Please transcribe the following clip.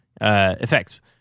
effects